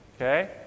Okay